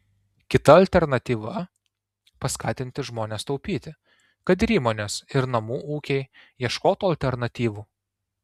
kita alternatyva paskatinti žmones taupyti kad ir įmonės ir namų ūkiai ieškotų alternatyvų